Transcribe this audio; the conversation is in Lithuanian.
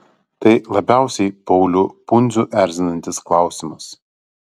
tai labiausiai paulių pundzių erzinantis klausimas